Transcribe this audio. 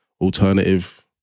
alternative